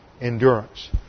endurance